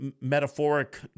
metaphoric